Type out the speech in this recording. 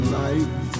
life